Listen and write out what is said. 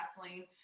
wrestling